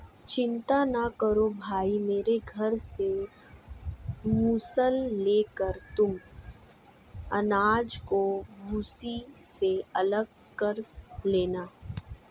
चिंता ना करो भाई मेरे घर से मूसल लेकर तुम अनाज को भूसी से अलग कर लेना